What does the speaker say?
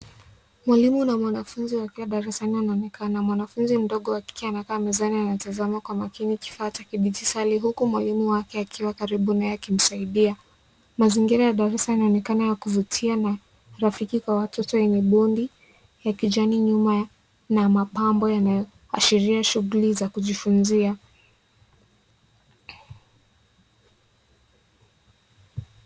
Mwalimu na mwanafunzi wakiwa darasani wanaonekana. Mwanafunzi mdogo wa kike anakaa mezani anatazama kwa makini kifaa cha kidijitali, huku mwalimu wake akiwa karibu naye akimsaidia. Mazingira ya darasa inaonekana ya kuvutia na rafiki kwa watoto wenye bondi ya kijani nyuma na mapambo yanayoashiria shughuli za kujifunzia.